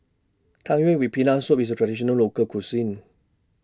Tang Yuen with Peanut Soup IS A Traditional Local Cuisine